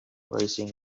racing